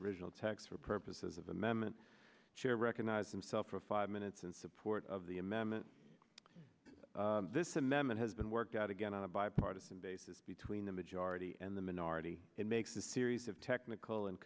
original text for purposes of amendment sure recognize themselves for five minutes and support of the amendment this amendment has been worked out again on a bipartisan basis between the majority and the minority it makes a series of technical and